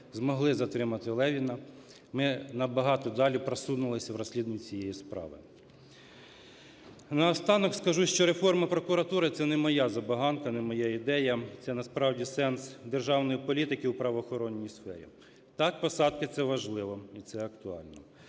змогли затримати Левіна, ми набагато далі просунулися в розслідуванні цієї справи. Наостанок скажу, що реформа прокуратури – це не моя забаганка, не моя ідея, це насправді сенс державної політики у правоохоронній сфері. Так, посадки – це важливо і це актуально,